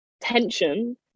tension